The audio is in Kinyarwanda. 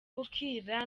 bukira